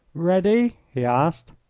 ready? he asked.